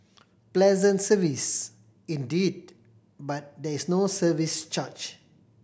pleasant service indeed but there is no service charge